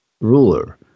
ruler